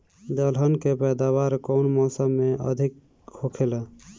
दलहन के पैदावार कउन मौसम में अधिक होखेला?